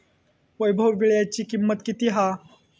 वैभव वीळ्याची किंमत किती हा?